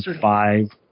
five